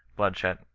bloodshed,